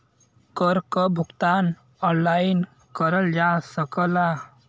कर क भुगतान ऑनलाइन करल जा सकला